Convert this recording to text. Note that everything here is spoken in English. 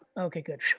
okay, good,